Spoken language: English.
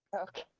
Okay